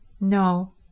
No